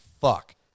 fuck